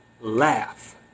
laugh